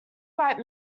write